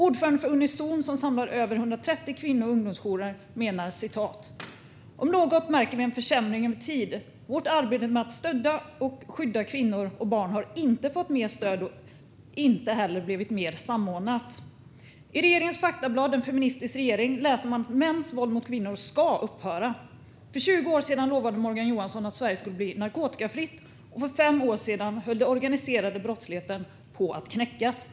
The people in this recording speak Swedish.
Ordföranden för Unizon, som samlar över 130 kvinno och ungdomsjourer, menar: "Om något märker vi en försämring över tid. Vårt arbete med att stötta och skydda kvinnor och barn har inte fått mer stöd, och inte heller blivit mer samordnat." I regeringens faktablad om en feministisk regering läser man: "Mäns våld mot kvinnor ska upphöra." För 20 år sedan lovade Morgan Johansson att Sverige skulle bli narkotikafritt. För 5 år sedan hävdades det att den organiserade brottsligheten höll på att knäckas.